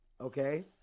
Okay